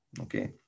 Okay